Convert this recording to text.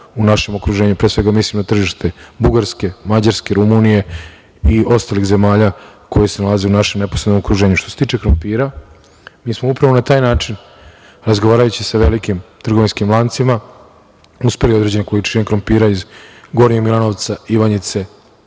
u našem okruženju, pre svega mislim na tržište Bugarske, Mađarske, Rumunije i ostalih zemalja koje se nalaze u našem neposrednom okruženju. Što se tiče krompira, mi smo upravo na taj način, razgovarajući sa velikim trgovinskim lancima, uspeli određene količine krompira iz Gornjeg Milanovca, Ivanjice,